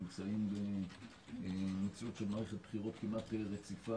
נמצאים במציאות של מערכת בחירות כמעט רציפה